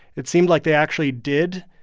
it seemed like they actually did.